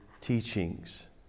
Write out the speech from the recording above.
teachings